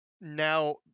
now